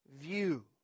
view